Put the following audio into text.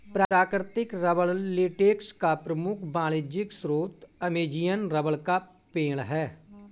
प्राकृतिक rubber latex का प्रमुख वाणिज्यिक स्रोत अमेज़ॅनियन रबर का पेड़ है